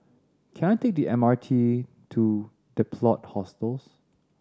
can I take the M R T to The Plot Hostels